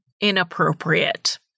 inappropriate